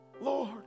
Lord